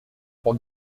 pour